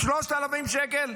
3,000 שקל.